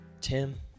tim